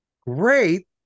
Great